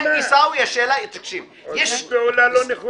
עושים פעולה לא נכונה.